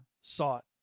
sought